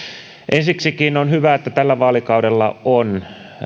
ensiksikin on hyvä että tällä vaalikaudella on